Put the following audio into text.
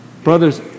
Brothers